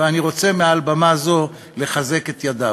ואני רוצה מעל במה זאת לחזק את ידיו.